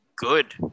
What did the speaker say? good